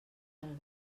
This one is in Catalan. del